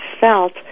felt